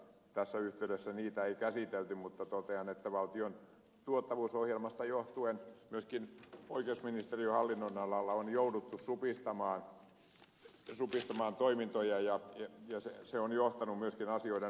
tässä yhteydessä niitä ei käsitelty mutta totean että valtion tuottavuusohjelmasta johtuen myöskin oikeusministeriön hallinnonalalla on jouduttu supistamaan toimintoja ja se on johtanut myöskin asioiden ruuhkaantumiseen